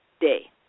day